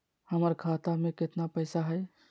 हमर खाता मे केतना पैसा हई?